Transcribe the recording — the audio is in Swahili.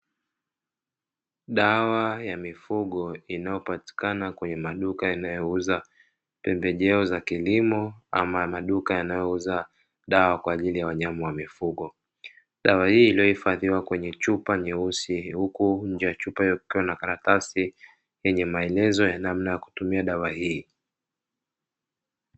Dawa ya mifugo inayopatikana kwenye maduka yanayouza pembejeo za kilimo, ama maduka yanayouza dawa kwa ajili ya wanyama wa mifugo. Dawa hii iliyohifadhiwa kwenye chupa nyeusi huku nje ya chupa hiyo kukiwa na karatasi, yenye maelezo ya namna ya kutumia dawa hii.